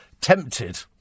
tempted